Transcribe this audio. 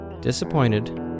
Disappointed